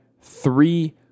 three